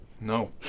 No